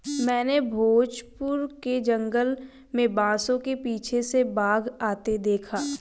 मैंने भोजपुर के जंगल में बांसों के पीछे से बाघ आते देखा